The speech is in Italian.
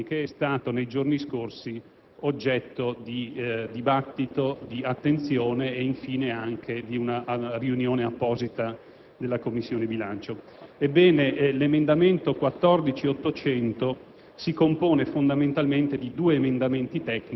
sull'indebitamento netto delle pubbliche amministrazioni, che è stato nei giorni scorsi oggetto di dibattito, di attenzione e, infine, anche di un'apposita riunione della Commissione bilancio. Ebbene, l'emendamento 14.800